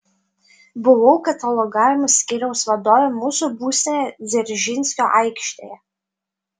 buvau katalogavimo skyriaus vadovė mūsų būstinėje dzeržinskio aikštėje